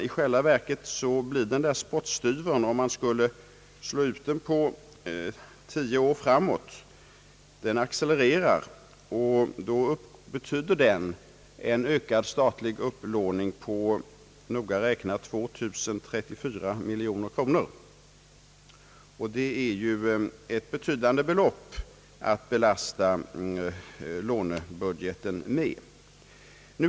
I själva verket blir spottstyvern inte så obetydlig, ty kostnaderna accelererar. Om man slår ut kostnaden för tio år framåt betyder det en ökad statlig upplåning av noga räknat 2 034 miljoner kronor, och det är ju ett betydande belopp att belasta lånebudgeten med.